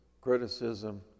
criticism